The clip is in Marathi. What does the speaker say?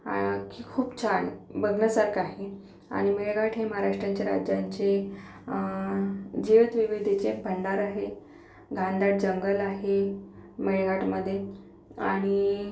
आणखी खूप छान बघण्यासारखं आहे आणि मेळघाट हे महाराष्ट्राच्या राज्याची जैव विविधतेचे भांडार आहे घनदाट जंगल आहे मेळघाटमध्ये आणि